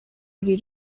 iri